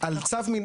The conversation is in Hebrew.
על צו מנהלי.